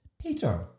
Peter